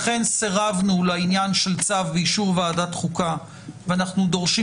לכן סירבנו לעניין של צו באישור ועדת חוקה ואנחנו דורשים